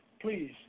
Please